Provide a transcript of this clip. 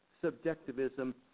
subjectivism